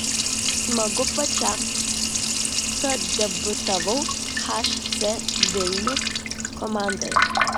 smagu pačiam kad debiutavau hc vilnius komandoje